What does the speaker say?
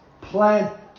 plant